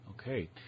Okay